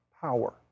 power